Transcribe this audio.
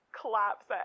collapse